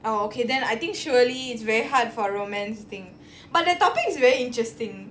oh okay then I think surely it's very hard for romance thing but that topic is very interesting